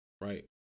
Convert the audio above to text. Right